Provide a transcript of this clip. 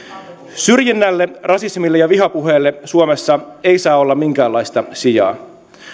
syrjinnälle rasismille ja vihapuheelle suomessa ei saa olla minkäänlaista sijaa